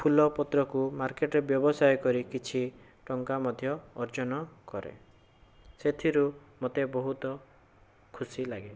ଫୁଲପତ୍ରକୁ ମାର୍କେଟରେ ବ୍ୟବସାୟ କରି କିଛି ଟଙ୍କା ମଧ୍ୟ ଅର୍ଜନ କରେ ସେଥିରୁ ମୋତେ ବହୁତ ଖୁସି ଲାଗେ